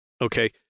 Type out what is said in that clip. Okay